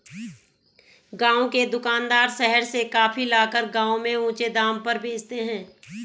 गांव के दुकानदार शहर से कॉफी लाकर गांव में ऊंचे दाम में बेचते हैं